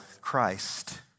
Christ